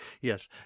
Yes